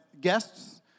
guests